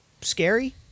scary